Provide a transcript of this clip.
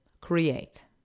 create